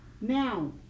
now